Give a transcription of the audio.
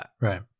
right